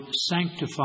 sanctify